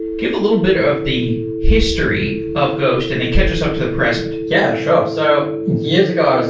give a little bit of the history of ghost and then catch us up to the present yeah, sure. so years ago,